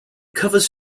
covers